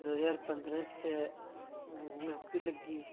दो ज्हार पंदरां च गै नौकरी लग्गी